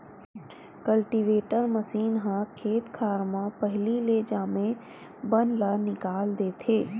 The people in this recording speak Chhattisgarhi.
कल्टीवेटर मसीन ह खेत खार म पहिली ले जामे बन ल निकाल देथे